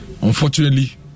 unfortunately